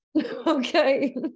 Okay